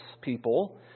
people